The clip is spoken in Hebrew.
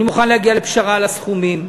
אני מוכן להגיע לפשרה על הסכומים,